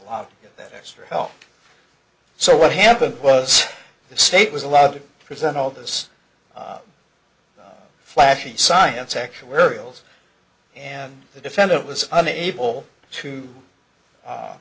d that extra help so what happened was the state was allowed to present all this flashy science actuarial and the defendant was unable to